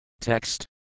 Text